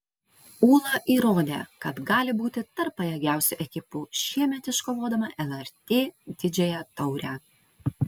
ūla įrodė kad gali būti tarp pajėgiausių ekipų šiemet iškovodama lrt didžiąją taurę